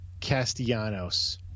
Castellanos